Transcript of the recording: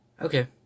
Okay